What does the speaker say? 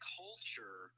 culture